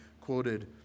quoted